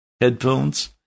headphones